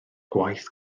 gwaith